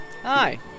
Hi